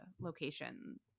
location